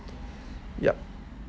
yup